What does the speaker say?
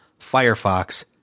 Firefox